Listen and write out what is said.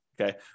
Okay